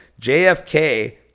JFK